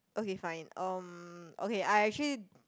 okay fine um okay I actually